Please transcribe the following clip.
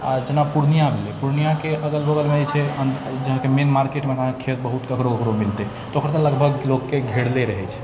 आ जेना पूर्णिया भेलै पूर्णियाके अगल बगलमे जे छै मेन मार्केटमे अहाँके खेत बहुत ककरो ककरो मिलतै ओकरा तऽ लगभग लोकके घेरले रहै छै